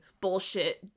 bullshit